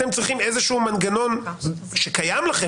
אתם צריכים איזשהו מנגנון - שקיים לכם